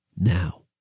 now